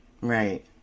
Right